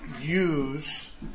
use